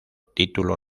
título